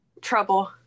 trouble